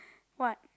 what